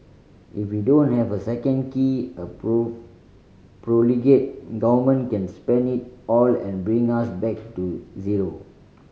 if we don't have a second key a profligate government can spend it all and bring us back to zero